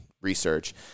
research